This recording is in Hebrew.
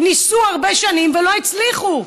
ניסו הרבה שנים ולא הצליחו.